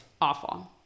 Awful